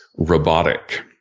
robotic